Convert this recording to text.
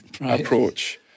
approach